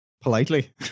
politely